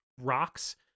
rocks